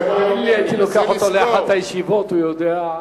הייתי לוקח אותו לאחת הישיבות, הוא יודע,